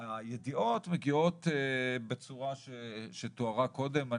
הידיעות מגיעות בצורה שתוארה קודם.